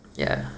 ya